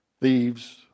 thieves